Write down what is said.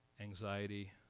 Anxiety